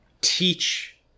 teach